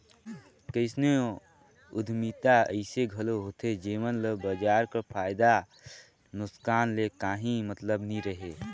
कइयो उद्यमिता अइसे घलो होथे जेमन ल बजार कर फयदा नोसकान ले काहीं मतलब नी रहें